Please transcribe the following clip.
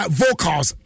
vocals